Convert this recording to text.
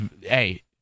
hey